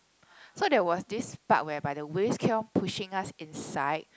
so there was this part whereby the waves keep on pushing us inside